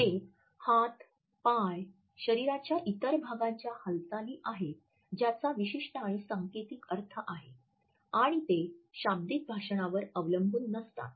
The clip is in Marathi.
ते हात पाय शरीराच्या इतर भागाच्या हालचाली आहेत ज्याचा विशिष्ट आणि सांकेतिक अर्थ आहे आणि ते शाब्दिक भाषणावर अवलंबून नसतात